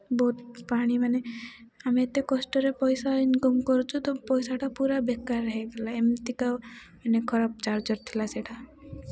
ବହୁତ ପାଣି ମାନେ ଆମେ ଏତେ କଷ୍ଟରେ ପଇସା ଇନକମ୍ କରୁଛୁ ତ ପଇସାଟା ପୁରା ବେକାର ହେଇଗଲା ଏମିତିକା ମାନେ ଖରାପ ଚାର୍ଜର ଥିଲା ସେଇଟା